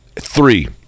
three